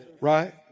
Right